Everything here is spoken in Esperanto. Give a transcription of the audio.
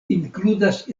inkludas